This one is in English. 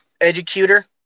educator